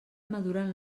maduren